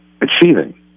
achieving